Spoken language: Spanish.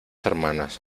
hermanas